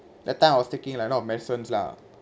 that time I was taking like a lot of medicines lah